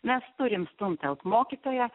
mes turim stumtelt mokytoją